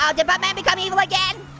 ah did buttman become evil again?